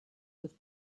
with